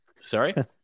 Sorry